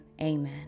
amen